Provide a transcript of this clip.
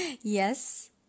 yes